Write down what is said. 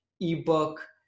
ebook